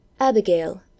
Abigail